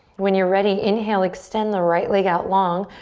when you're ready, inhale, extend the right leg out long.